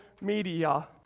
media